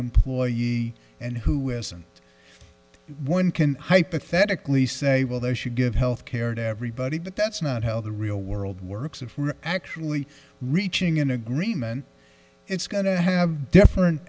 employee and who isn't one can hypothetically say well they should give health care to everybody but that's not how the real world works if we're actually reaching an agreement it's going to have different